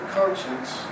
conscience